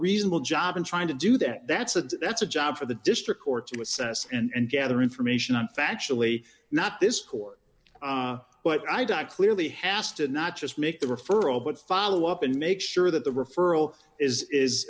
reasonable job and trying to do that that's and that's a job for the district court to assess and gather information on factually not this court but i doubt clearly has to not just make the referral but follow up and make sure that the referral is is